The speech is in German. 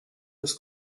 das